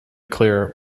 clear